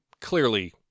clearly